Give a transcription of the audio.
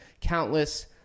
countless